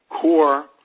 core